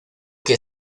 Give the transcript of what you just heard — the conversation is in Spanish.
que